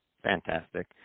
Fantastic